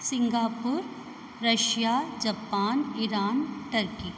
Singapore Russia Japan Iran Iran